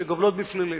שגובלות בפלילים.